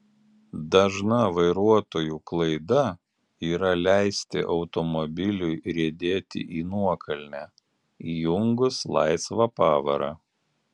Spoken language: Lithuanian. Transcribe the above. dažna vairuotojų klaida yra leisti automobiliui riedėti į nuokalnę įjungus laisvą pavarą